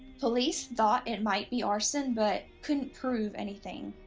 police thought it might be arson but couldn't prove anything.